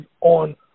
on